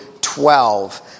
twelve